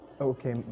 Okay